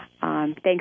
Thanks